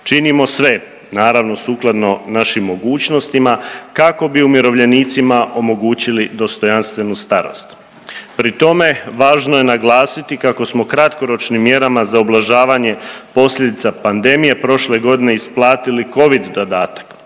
činimo sve, naravno sukladno našim mogućnostima kako bi umirovljenicima omogućili dostojanstvenu starost. Pri tome važno je naglasiti kako smo kratkoročnim mjerama za ublažavanja posljedica pandemije prošle godine isplatili covid dodatak,